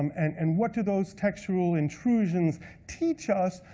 um and and what do those textual intrusions teach us,